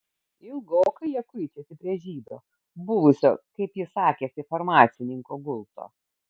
ilgokai jie kuičiasi prie žydo buvusio kaip jis sakėsi farmacininko gulto